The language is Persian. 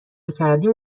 کردیم